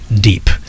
deep